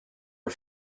are